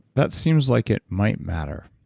that seems like it might matter.